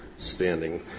standing